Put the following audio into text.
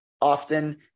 often